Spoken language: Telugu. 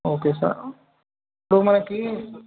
ఓకే సార్ ఇప్పుడు మనకు